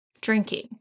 Drinking